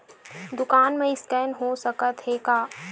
दुकान मा स्कैन हो सकत हे का?